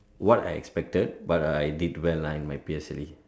what I expected but I did well lah in my P_S_L_E